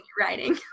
writing